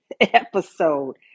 episode